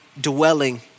dwelling